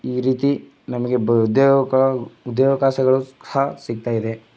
ಈ ರೀತಿ ನಮಗೆ ಬ ಉದ್ಯೋಗ ಉದ್ಯೋಗ ಖಾಸಗಿಗಳು ಸಹ ಸಿಗ್ತಾಯಿದೆ